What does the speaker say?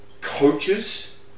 coaches